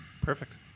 Perfect